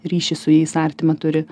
ryšį su jais artimą turi